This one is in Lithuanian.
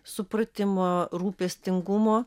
supratimo rūpestingumo